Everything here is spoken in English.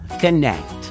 connect